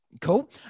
Cool